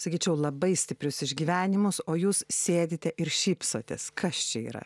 sakyčiau labai stiprius išgyvenimus o jūs sėdite ir šypsotės kas čia yra